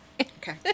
okay